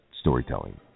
storytelling